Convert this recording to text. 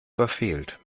verfehlt